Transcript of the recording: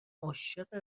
عاشق